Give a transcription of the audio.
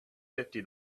fifty